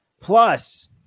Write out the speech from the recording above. Plus